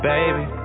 Baby